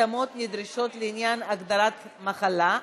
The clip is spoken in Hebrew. התאמות נדרשות לעניין הגדרת מחלה),